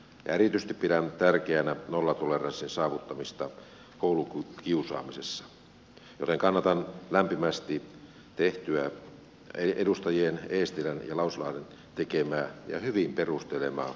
erityisesti pidän tärkeänä nollatoleranssin saavuttamista koulukiusaamisessa joten kannatan lämpimästi edustaja eestilän ja edustaja lauslahden tekemää ja hyvin perustelemaa lakialoitetta